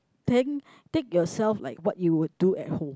then take yourself like what you would do at home